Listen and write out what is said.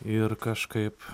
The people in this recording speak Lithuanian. ir kažkaip